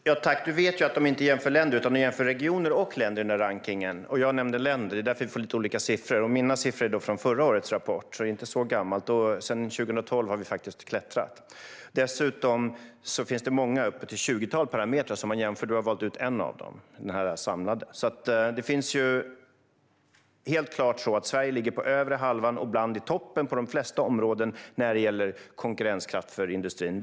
Fru talman! Du vet att de inte jämför länder utan regioner och länder i rankningen. Jag nämnde länder. Det är därför vi får lite olika siffror. Mina siffror är från förra årets rapport. Det är inte så gammalt. Sedan 2012 har vi klättrat. Dessutom finns det många, upp till ett tjugotal, parametrar som man jämför. Du har valt ut en av dem, den samlade. Sverige ligger helt klart på den övre halvan och är ibland i toppen på de flesta områden när det gäller konkurrenskraft för industrin.